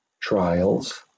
trials